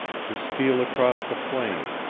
to steal across the plain,